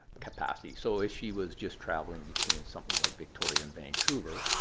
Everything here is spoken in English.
capacity. so if she was just traveling between something like victoria and vancouver,